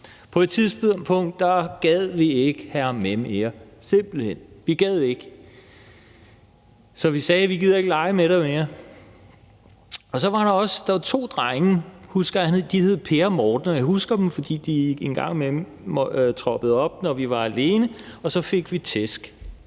På et tidspunkt gad vi ikke have ham med mere – simpelt hen. Vi gad ikke, så vi sagde: Vi gider ikke at lege med dig mere. Der var to drenge, husker jeg, og de hed Per og Morten, og jeg husker dem, fordi de en gang imellem troppede op, når vi var alene, og så fik vi tæsk.